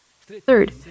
Third